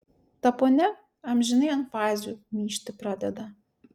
ta ponia amžinai ant fazių myžti pradeda